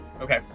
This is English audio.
Okay